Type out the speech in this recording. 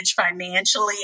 financially